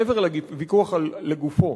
מעבר לוויכוח לגופו,